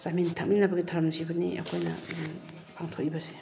ꯆꯥꯃꯤꯟ ꯊꯛꯃꯤꯟꯅꯕꯒꯤ ꯊꯧꯔꯝꯁꯤꯕꯨꯅꯤ ꯑꯩꯈꯣꯏꯅ ꯄꯥꯡꯊꯣꯛꯏꯕꯁꯦ